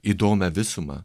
įdomią visumą